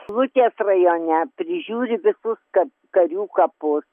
šilutės rajone prižiūri visus karių kapus